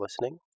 listening